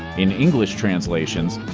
in english translations,